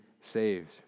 saved